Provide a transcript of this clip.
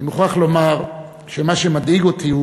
אני מוכרח לומר שמה שמדאיג אותי,